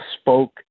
spoke